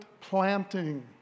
planting